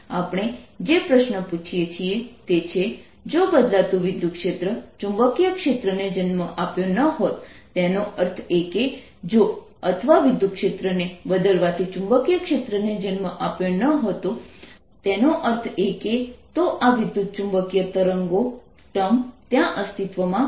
આપણે જે પ્રશ્ન પૂછીએ છીએ તે છે જો બદલાતું વિદ્યુતક્ષેત્ર ચુંબકીય ક્ષેત્રને જન્મ આપ્યો ન હતો તેનો અર્થ એ કે જો અથવા વિદ્યુતક્ષેત્રને બદલવાથી ચુંબકીય ક્ષેત્રને જન્મ આપ્યો ન હતો તેનો અર્થ એ કે તો આ વિદ્યુતચુંબકીય તરંગો ટર્મ ત્યાં અસ્તિત્વમાં નથી